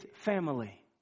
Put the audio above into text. family